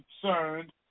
concerned